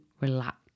relax